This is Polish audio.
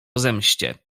zemście